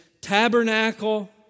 tabernacle